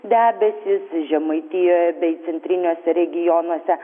debesys žemaitijoje bei centriniuose regionuose